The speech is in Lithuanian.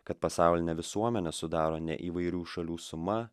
kad pasaulinę visuomenę sudaro ne įvairių šalių suma